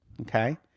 Okay